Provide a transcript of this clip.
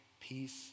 peace